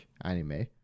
anime